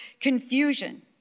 confusion